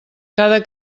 cada